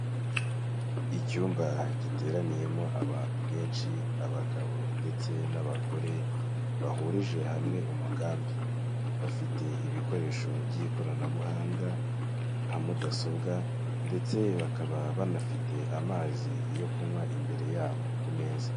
Icyumba giteraniyemo abantu benshi abagabo ndetse n'abagore, bahurije hamwe umugambi, bafite ibikoresho by'ikoranabuhanga nka mudasobwa ndetse bakaba banafite amazi yo kunywa imbere yabo ku meza.